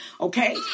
okay